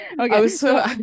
Okay